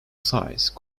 size